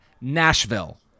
nashville